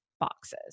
boxes